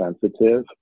sensitive